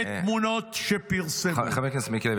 בתמונות שפרסמו --- חבר הכנסת מיקי לוי,